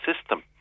system